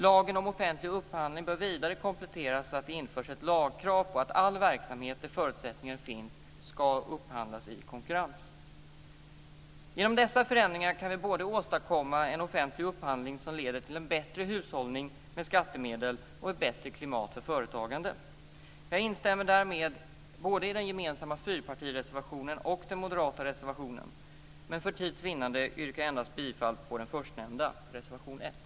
Lagen om offentlig upphandling bör vidare kompletteras så att det införs ett lagkrav om att all verksamhet där förutsättningar finns ska upphandlas i konkurrens. Genom dessa förändringar kan vi både åstadkomma en offentlig upphandling som leder till en bättre hushållning med skattemedel och ett bättre klimat för företagande. Jag instämmer därmed både i den gemensamma fyrpartireservationen och den moderata reservationen. Men för tids vinnande yrkar jag bifall endast till den förstnämnda, reservation 1.